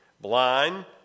blind